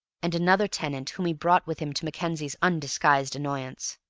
and another tenant whom he brought with him to mackenzie's undisguised annoyance.